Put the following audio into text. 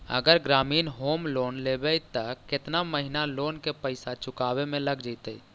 अगर ग्रामीण home loan लेबै त केतना महिना लोन के पैसा चुकावे में लग जैतै?